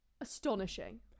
Astonishing